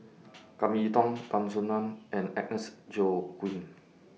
Kam Kee Yong Tan Soo NAN and Agnes Joaquim